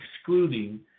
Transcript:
excluding